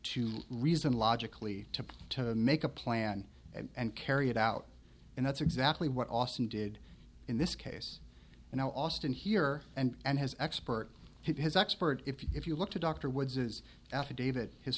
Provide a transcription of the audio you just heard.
to reason logically to to make a plan and carry it out and that's exactly what austin did in this case and now austin here and has exp hurt his expert if you if you look to dr woods's affidavit his